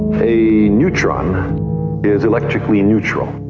a neutron is electrically neutral.